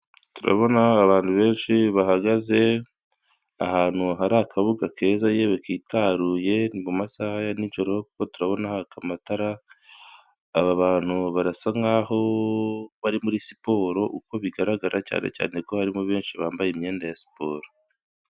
Turabona abantu benshi bahagaze ahantu hari akabuga keza yewe kitaruye mu masaha ya nijoro kuko turabona amatara, abantu barasa nkaho bari muri siporo uko bigaragara cyane cyane ko harimo benshi bambaye imyenda ya siporo.